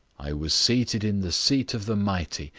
i was seated in the seat of the mighty,